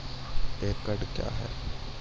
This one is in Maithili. एकड कया हैं?